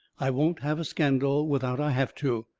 i won't have a scandal without i have to.